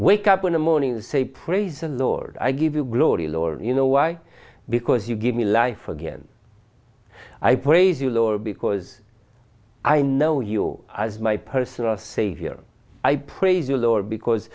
wake up in the morning and say praise a lord i give you glory lord you know why because you give me life again i praise you lower because i know you as my personal savior i praise the lord because